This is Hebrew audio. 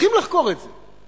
צריכים לחקור את זה.